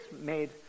made